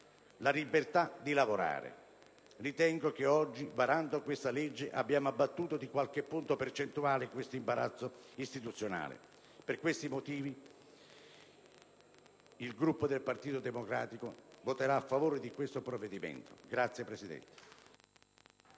la libertà di lavorare. Ritengo che oggi, varando il disegno di legge in esame, abbiamo abbattuto di quale punto percentuale questo imbarazzo istituzionale. Per questi motivi, il Gruppo del Partito Democratico voterà a favore del provvedimento. *(Applausi